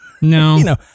No